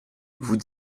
vous